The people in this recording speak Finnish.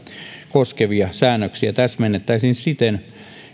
koskevia säännöksiä täsmennettäisiin siten